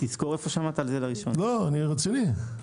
אני רציני.